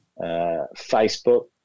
Facebook